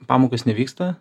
pamokos nevyksta